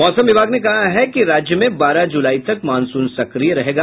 मौसम विभाग ने कहा है कि राज्य में बारह जुलाई तक मॉनसून सक्रिय रहेगा